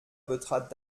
betrat